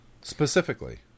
specifically